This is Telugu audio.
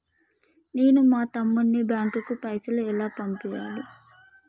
నేను మా తమ్ముని బ్యాంకుకు పైసలు ఎలా పంపియ్యాలి?